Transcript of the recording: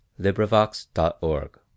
LibriVox.org